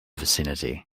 vicinity